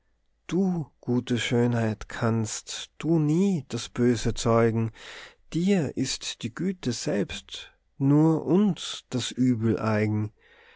du gute schönheit kannst du nie das böse zeugen dir ist die güte selbst nur uns das übel eigen